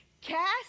Cast